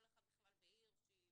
כל אחד בכלל בעיר שהיא